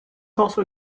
also